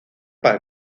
para